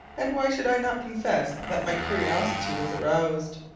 and why should i not confess that my curiosity was aroused?